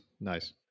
nice